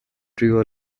drew